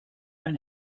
ein